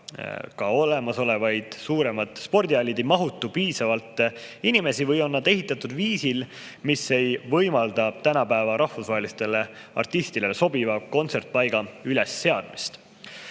juba olemasolevad suuremad spordihallid ei mahuta piisavalt inimesi või on need ehitatud selliselt, et ei võimalda tänapäevast rahvusvahelistele artistidele sobivat kontserdipaika üles seada.